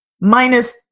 minus